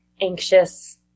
anxious